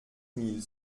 mille